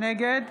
נגד